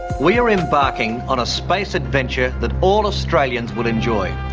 we're embarking on a space adventure that all australians will enjoy.